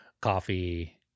Coffee